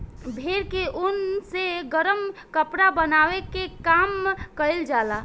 भेड़ के ऊन से गरम कपड़ा बनावे के काम कईल जाला